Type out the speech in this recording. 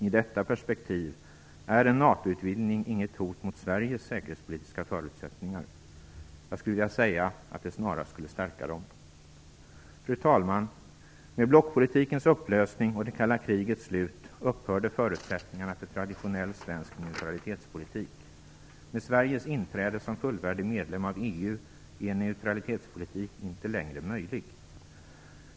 I detta perspektiv är NATO-utvidgning inget hot mot Sveriges säkerhetspolitiska förutsättningar. Jag skulle vilja säga att det snarast skulle stärka dem. Fru talman! Med blockpolitikens upplösning och det kalla krigets slut upphörde förutsättningarna för traditionell svensk neutralitetspolitik. Med Sveriges inträde som fullvärdig medlem av EU är neutralitetspolitik inte längre möjlig.